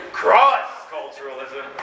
cross-culturalism